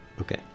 okay